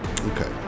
Okay